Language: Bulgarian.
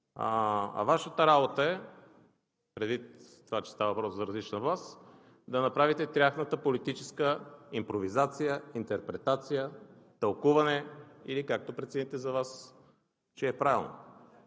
а Вашата работа е, предвид това, че става въпрос за различна власт, да направите тяхната политическа импровизация, интерпретация, тълкуване или както прецените за Вас, че е правилно.